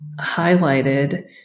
highlighted